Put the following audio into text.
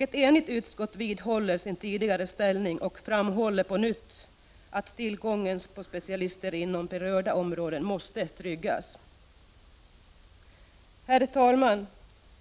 Ett enigt utskott vidhåller sin tidigare ställning och framhåller på nytt att tillgången på specialister inom berörda områden måste tryggas. Herr talman!